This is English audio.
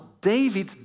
David